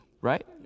right